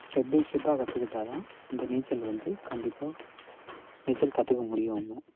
step by ஸ்டெப்பாக கற்றுக்கிட்டா தான் இந்த நீச்சல் வந்து கண்டிப்பாக நீச்சல் கற்றுக்க முடியும் அவங்க